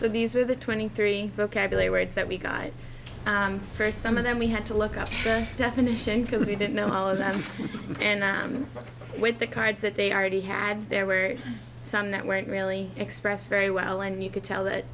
so these are the twenty three vocabulary words that we got for some of them we had to look up the definition because we didn't know all of them and with the cards that they already had there were some that weren't really expressed very well and you could tell that